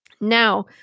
Now